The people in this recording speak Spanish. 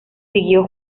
siguió